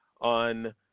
on